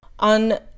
On